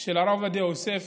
של הרב עובדיה יוסף,